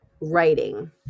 Writing